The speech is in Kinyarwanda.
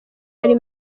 ari